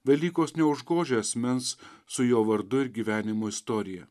velykos neužgožia asmens su jo vardu ir gyvenimo istorija